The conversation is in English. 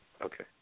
Okay